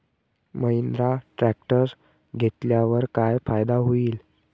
Mahindra tractor घेतल्यावर काय फायदा होईल?